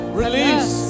release